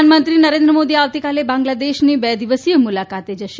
પ્રધાનંમત્રી નરેન્ન મોદી આવતીકાલે બાંગ્લાદેશની બે દિવસીય મુલાકાતે જશે